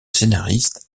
scénariste